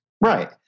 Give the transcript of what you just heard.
Right